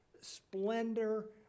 splendor